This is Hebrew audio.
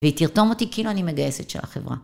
והיא תרתום אותי כאילו אני מגייסת של החברה.